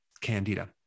candida